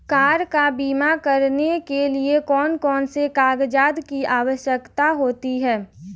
Car का बीमा करने के लिए कौन कौन से कागजात की आवश्यकता होती है?